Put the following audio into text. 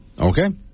Okay